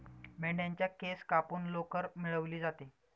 मेंढ्यांच्या केस कापून लोकर मिळवली जाते